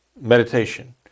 meditation